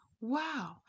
Wow